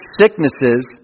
sicknesses